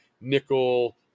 nickel